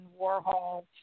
Warhol